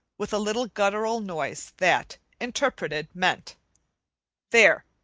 with a little guttural noise that, interpreted, meant there,